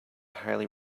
highly